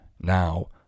now